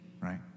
right